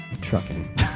trucking